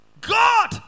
God